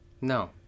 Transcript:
No